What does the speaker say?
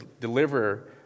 deliver